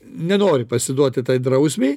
nenori pasiduoti tai drausmei